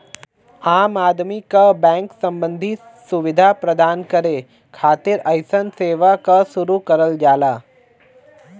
आम आदमी क बैंक सम्बन्धी सुविधा प्रदान करे खातिर अइसन सेवा क शुरू करल जाला